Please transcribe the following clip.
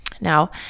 Now